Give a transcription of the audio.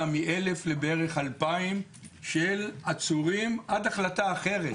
מ-1,000 לבערך 2,000 של עצורים עד החלטה אחרת,